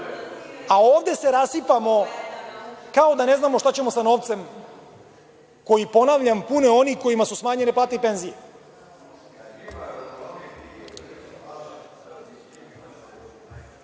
a ovde se rasipamo kao da ne znamo šta ćemo sa novcem koji, ponavljam, pune oni kojima su smanjene plate i